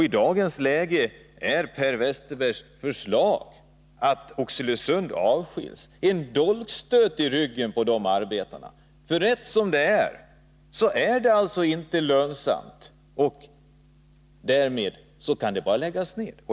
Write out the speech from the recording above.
I dagens läge är Per Westerbergs förslag att Oxelösund avskiljs en dolkstöt i ryggen på arbetarna. Rätt som det är, är företaget inte lönsamt, och därmed kan det bara läggas ner.